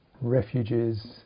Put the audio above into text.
refuges